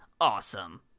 awesome